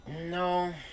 No